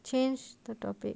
change the topic